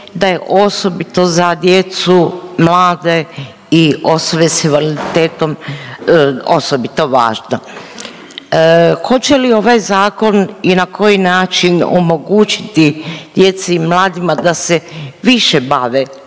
da je osobito za djecu, mlade i osobe sa invaliditetom osobito važno. Hoće li ovaj zakon i na koji način omogućiti djeci i mladima da se više bave